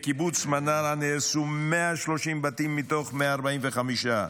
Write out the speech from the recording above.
בקיבוץ מנרה נהרסו 130 בתים מתוך 155 הבתים.